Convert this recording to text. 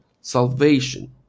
salvation